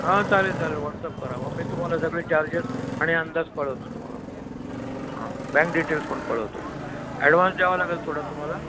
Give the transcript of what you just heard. हां चालेल चालेल व्हॉट्सअप करा मग मी तुम्हाला सगळे चार्जेस आणि अंदाज कळवतो तुम्हाला हां बँक डिटेल्स पण कळवतो ॲडव्हान्स द्यावं लागेल थोडा तुम्हाला